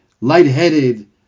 lightheaded